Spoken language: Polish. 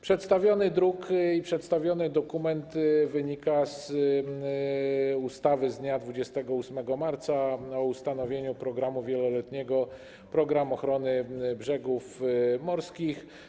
Przedstawiony druk i przedstawione dokumenty wynikają z ustawy z dnia 28 marca o ustanowieniu programu wieloletniego „Program ochrony brzegów morskich”